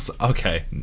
okay